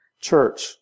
Church